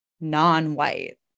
non-white